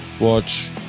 watch